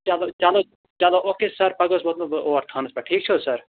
چلو چلو چلو او کے سَر پگاہ حظ ووتمَو بہٕ اور تھانَس پٮ۪ٹھ ٹھیٖک چھِ حظ سَر